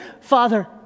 Father